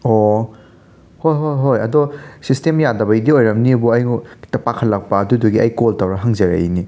ꯑꯣ ꯍꯣ ꯍꯣ ꯍꯣꯏ ꯑꯗꯣ ꯁꯤꯁꯇꯦꯝ ꯌꯥꯗꯕꯩꯗꯤ ꯑꯣꯏꯔꯝꯅꯦꯕꯨ ꯑꯩꯕꯨ ꯍꯦꯛꯇ ꯄꯥꯈꯠꯂꯛꯄ ꯑꯗꯨꯗꯨꯒꯤ ꯑꯩ ꯀꯣꯜ ꯇꯧꯔ ꯍꯪꯖꯔꯛꯏꯅꯤ